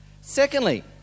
Secondly